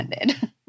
ended